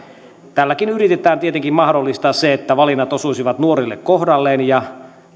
tälläkin yritetään tietenkin mahdollistaa se että valinnat osuisivat nuorilla kohdalleen ja